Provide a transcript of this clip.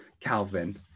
Calvin